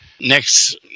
next